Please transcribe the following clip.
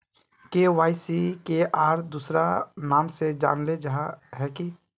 KYC के आर दोसरा नाम से जानले जाहा है की?